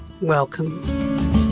Welcome